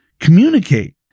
communicate